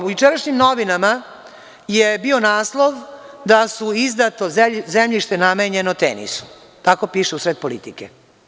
U jučerašnjim novinama je bio naslov da je izdato zemljište namenjeno Tenisu, tako piše u „Politici“